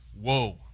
Whoa